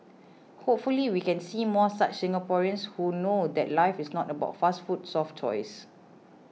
hopefully we can see more such Singaporeans who know that life is not about fast food soft toys